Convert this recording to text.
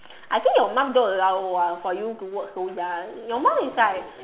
I think your mum don't allow ah for you to work so young your mum is like